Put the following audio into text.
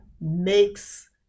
makes